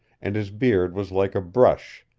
and his beard was like a brush,